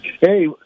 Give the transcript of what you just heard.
Hey